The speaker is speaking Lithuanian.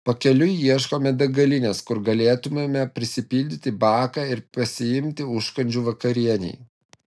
pakeliui ieškome degalinės kur galėtumėme prisipildyti baką ir pasiimti užkandžių vakarienei